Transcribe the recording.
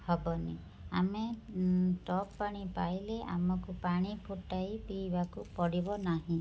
ହେବନି ଆମେ ଷ୍ଟକ ପାଣି ପାଇଲେ ଆମକୁ ପାଣି ଫୁଟାଇ ପିଇବାକୁ ପଡ଼ିବ ନାହିଁ